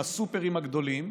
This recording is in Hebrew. והסופרים הגדולים,